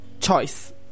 choice